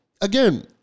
again